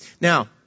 Now